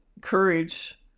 courage